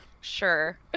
Sure